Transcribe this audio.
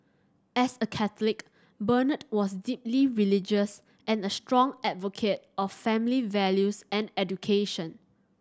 as a Catholic Bernard was deeply religious and a strong advocate of family values and education